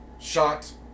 Shot